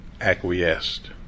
acquiesced